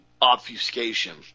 obfuscation